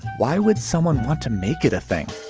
why would someone want to make it a thing?